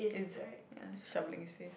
it's yeah shovelling his face